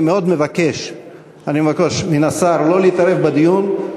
אני מאוד מבקש מן השר שלא להתערב בדיון,